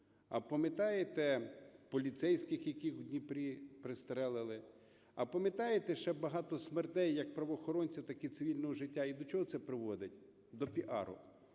А пам'ятаєте поліцейських, яких в Дніпрі пристрелили? А пам'ятаєте ще багато смертей, як з правоохоронців, так і з цивільного життя, і до чого це приводить? До піару.